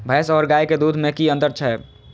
भैस और गाय के दूध में कि अंतर छै?